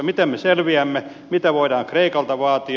miten me selviämme mitä voidaan kreikalta vaatia